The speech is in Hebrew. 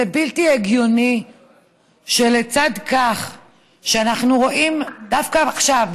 זה בלתי הגיוני שלצד זה שאנחנו רואים דווקא עכשיו,